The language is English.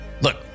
Look